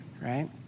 right